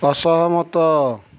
ଅସହମତ